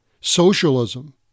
socialism